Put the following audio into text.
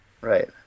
Right